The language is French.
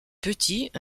petit